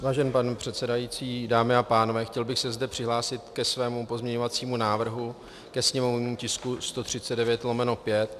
Vážený pane předsedající, dámy a pánové, chtěl bych se zde přihlásit ke svému pozměňovacímu návrhu ke sněmovnímu tisku 139/5.